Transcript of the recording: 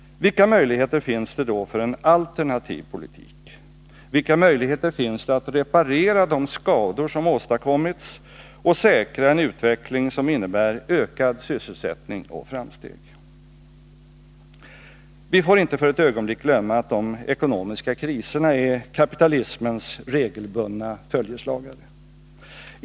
Vilka möjligheter finns det då för en alternativ politik, vilka möjligheter finns det att reparera de skador som åstadkommits och säkra en utveckling som innebär ökad sysselsättning och framsteg? Vi får inte för ett ögonblick glömma att de ekonomiska kriserna är kapitalismens regelbundna följeslagare.